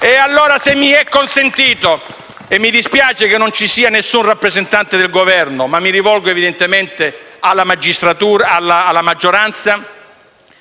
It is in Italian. FI-BP)*. Se mi è consentito allora - e mi dispiace che non ci sia un rappresentante del Governo, ma mi rivolgo evidentemente alla maggioranza